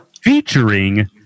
featuring